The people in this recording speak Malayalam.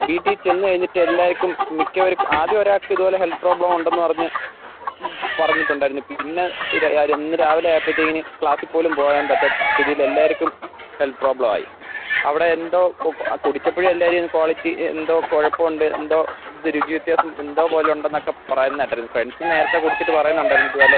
വീട്ടിൽ ചെന്ന് കഴിഞ്ഞിട്ട് എലാവർക്കും മിക്കവാറും ആദ്യം ഒരാൾക്ക് ഇത് ഇത് പോലെ ഹെൽത്ത് പ്രോബ്ലമുണ്ടെന്ന് പറഞ്ഞു പറഞ്ഞിട്ടുണ്ടായിരുന്നു പിന്നെ ഇത് അവർ ഇന്ന് രാവിലെ ആയപ്പോഴത്തേക്കും ക്ലാസിൽ പോലും പോവാൻ പറ്റാത്ത സ്ഥിതിയിൽ എല്ലാവർക്കും ഹെൽത്ത് പ്രോബ്ലം ആയി അവിടെ എന്തോ കുടിച്ചപ്പോൾ എല്ലാവരും ക്വാളിറ്റി എന്തോ കുഴപ്പമുണ്ട് എന്തോ ഇത് രുചി വ്യത്യാസം എന്തോ പോലെ ഉണ്ടെന്നൊക്കെ പറയുന്നത് കേട്ടായിരുന്നു ഫ്രണ്ട്സ് നേരത്തെ കുടിച്ചിട്ട് പറയുന്നുണ്ടായിരുന്നു ഇത് പോലെ